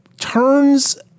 Turns